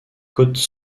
côtes